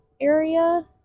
area